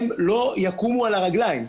הם לא יקומו על הרגליים?